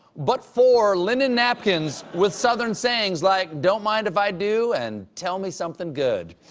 but four linen napkins with southern sayings like don't mind if i do. and tell me something good.